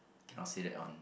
cannot say that on